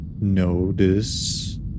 notice